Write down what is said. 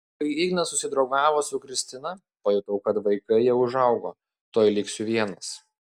kai ignas susidraugavo su kristina pajutau kad vaikai jau užaugo tuoj liksiu vienas